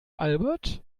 albert